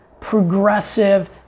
progressive